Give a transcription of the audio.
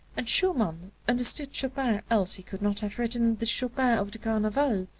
and schumann understood chopin else he could not have written the chopin of the carneval,